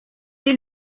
est